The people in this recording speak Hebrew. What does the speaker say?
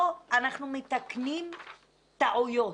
לא, אנחנו מתקנים טעויות,